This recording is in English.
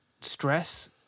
stress